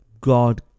God